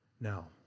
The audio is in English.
Now